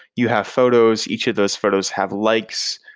you have photos. each of those photos have likes.